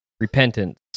repentance